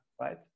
right